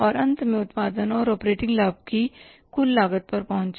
और अंत में उत्पादन और ऑपरेटिंग लाभ की कुल लागत पर पहुंचे